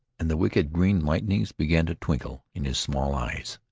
and the wicked green lightnings began to twinkle in his small eyes.